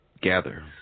gather